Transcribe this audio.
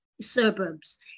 suburbs